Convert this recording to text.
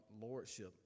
lordship